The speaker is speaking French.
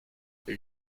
les